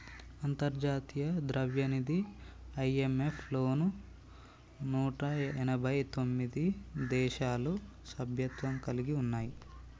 అంతర్జాతీయ ద్రవ్యనిధి ఐ.ఎం.ఎఫ్ లో నూట ఎనభై తొమ్మిది దేశాలు సభ్యత్వం కలిగి ఉన్నాయి